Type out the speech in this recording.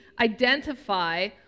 identify